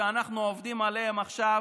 שאנחנו עובדים עליהם עכשיו